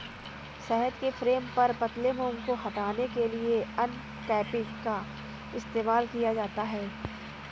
शहद के फ्रेम पर पतले मोम को हटाने के लिए अनकैपिंग का इस्तेमाल किया जाता है